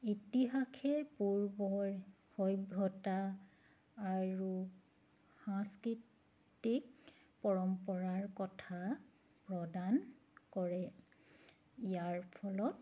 ইতিহাসে পূৰ্বৰ সভ্যতা আৰু সাংস্কৃতিক পৰম্পৰাৰ কথা প্ৰদান কৰে ইয়াৰ ফলত